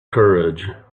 courage